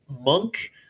monk